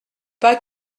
pas